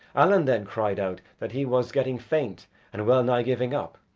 allen then cried out that he was getting faint and well-nigh giving up.